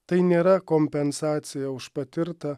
tai nėra kompensacija už patirtą